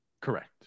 Correct